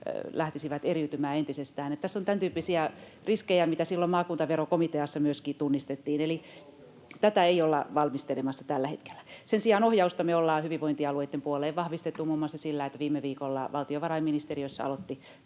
Tilanne on jo se!] Tässä on tämäntyyppisiä riskejä, mitä silloin maakuntaverokomiteassa myöskin tunnistettiin, eli tätä ei olla valmistelemassa tällä hetkellä. Sen sijaan ohjausta me ollaan hyvinvointialueitten puoleen vahvistettu muun muassa sillä, että viime viikolla valtiovarainministeriössä aloitti